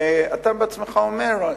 ואתה בעצמך אומר,